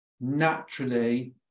naturally